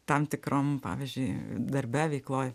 tam tikrom pavyzdžiui darbe veikloj